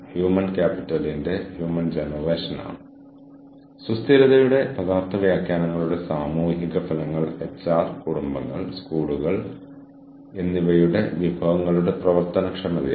കൂടാതെ ഈ സങ്കീർണ്ണമായ പരസ്പരബന്ധങ്ങൾ എങ്ങനെ കടന്നുപോകുന്നു എങ്ങനെയാണ് സ്ട്രാറ്റജിക് എച്ച്ആർ പഠിക്കുന്നത് എന്നറിയാൻ ഇത് കേൾക്കുന്ന ഈ പ്രോജക്റ്റുകളിൽ ഏർപ്പെട്ടിരിക്കുന്ന ആരുമായി പങ്കാളിയാകാൻ എനിക്ക് താൽപ്പര്യമുണ്ട്